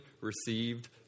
received